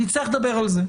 נצטרך לדבר על זה.